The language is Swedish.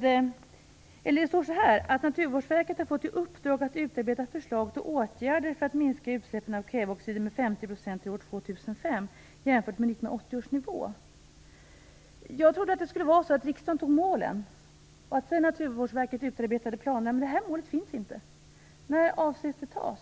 det att Naturvårdsverket har fått i uppdrag att utarbeta förslag till åtgärder för att minska utsläppen av kväveoxider med 50 % till år 2005 jämfört med Jag trodde att det var så att riksdagen skulle sätta målen, och att Naturvårdsverket sedan utarbetade planerna. Men det här målet finns inte! När avser man att det skall sättas?